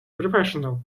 professional